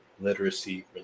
literacy